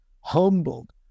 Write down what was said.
Humbled